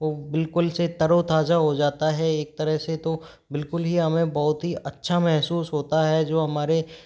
वो बिल्कुल से तरोताज़ा हो जाता है एक तरह से तो बिल्कुल ही हमें बहुत ही अच्छा महसूस होता है जो हमारे